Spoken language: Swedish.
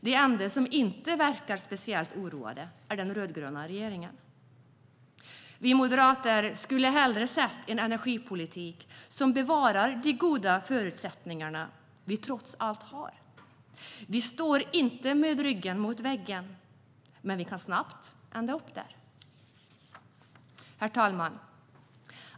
Den enda som inte verkar speciellt oroad är den rödgröna regeringen. Vi moderater skulle hellre sett en energipolitik som bevarar de goda förutsättningar vi trots allt har. Vi står inte med ryggen mot väggen, men vi kan snabbt hamna där. Herr talman!